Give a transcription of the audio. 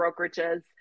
brokerages